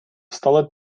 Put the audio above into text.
стала